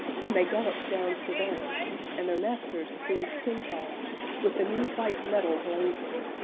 when they galloped down savannas, and their masters seemed centaurs with the new white metal blazing.